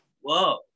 whoa